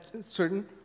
certain